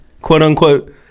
quote-unquote